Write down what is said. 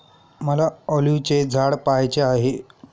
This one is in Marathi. मला ऑलिव्हचे झाड पहायचे आहे